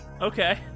okay